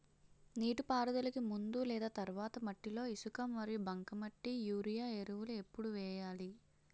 నీటిపారుదలకి ముందు లేదా తర్వాత మట్టిలో ఇసుక మరియు బంకమట్టి యూరియా ఎరువులు ఎప్పుడు వేయాలి?